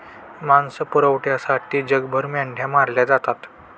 मांस पुरवठ्यासाठी जगभर मेंढ्या मारल्या जातात